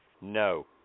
No